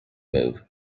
move